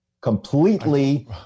Completely